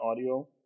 audio